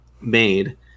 made